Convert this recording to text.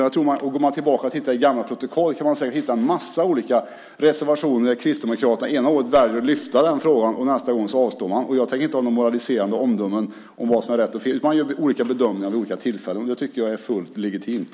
Om man går tillbaka och tittar i gamla protokoll kan man säkert hitta en massa olika reservationer och se att Kristdemokraterna ena året väljer att lyfta fram en fråga och att man nästa gång avstår. Jag tänker inte ha några moraliserande omdömen i fråga om vad som är rätt och fel. Man gör olika bedömningar vid olika tillfällen, och det tycker jag är fullt legitimt.